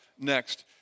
next